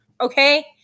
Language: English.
Okay